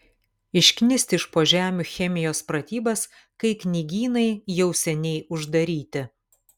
išknisti iš po žemių chemijos pratybas kai knygynai jau seniai uždaryti